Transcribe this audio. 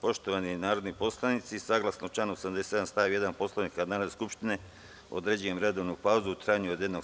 Poštovani narodni poslanici, saglasno članu 87. stav 1. Poslovnika Narodne skupštine, određujem redovnu pauzu u trajanju od jednog sata.